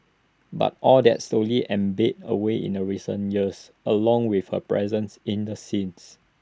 but all that slowly ebbed away in the recent years along with her presence in the scenes